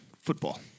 football